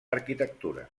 arquitectura